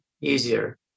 easier